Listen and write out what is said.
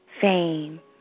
fame